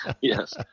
yes